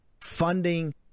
funding